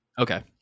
Okay